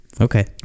Okay